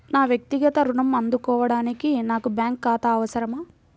నా వక్తిగత ఋణం అందుకోడానికి నాకు బ్యాంక్ ఖాతా అవసరమా?